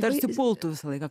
tarsi pultų visą laiką